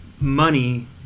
money